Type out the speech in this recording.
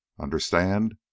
Understand